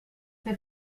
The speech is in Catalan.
fer